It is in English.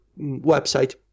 website